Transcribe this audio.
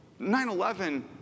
9-11